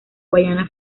guayana